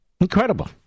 Incredible